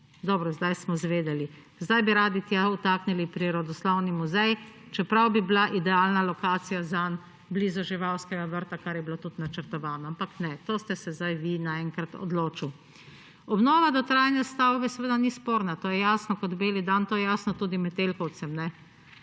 Dobro, zdaj smo izvedeli. Zdaj bi radi tja vtaknili Prirodoslovni muzej, čeprav bi bila idealna lokacija zanj blizu živalskega vrta, kar je bilo tudi načrtovano, ampak ne, to ste se zdaj vi naenkrat odločili. Obnova dotrajane stavbe seveda ni sporna, to je jasno kot beli dan, to je jasno tudi Metelkovcem,